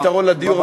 פתרון לדיור.